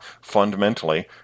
fundamentally